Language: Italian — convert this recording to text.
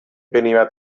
veniva